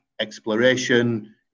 exploration